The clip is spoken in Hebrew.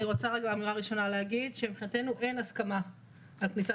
אני רוצה רגע להגיד שמבחינתנו אין הסכמה על כניסה